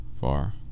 far